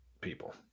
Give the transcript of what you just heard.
people